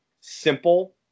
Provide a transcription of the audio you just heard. simple